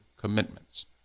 commitments